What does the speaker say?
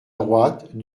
droite